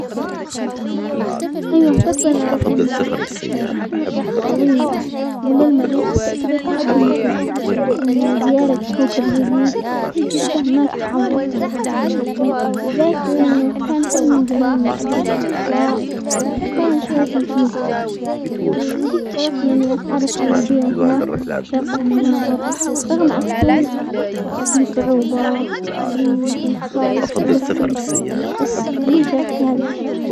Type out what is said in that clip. ايوة بقبل اروح المريخ الرحلة طويلة وللمريخ تعتبر تحدي مثير، وانه زيارة كوكب جديد تجربة ما تتعوض بالذات لانه كان حلم من زمان اني ادرس الفضاء، وكان شغفي فيه ولي الشرف انتي اتعرف على البيئة هناك واستكشاف المناظر، رغم ان تكون في صعوبة في الانتظار وصعوبة في كل شيء بس لي شرف في هذي الاشياء.